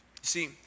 See